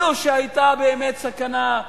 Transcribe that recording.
כי אילו היתה באמת סכנה,